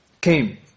came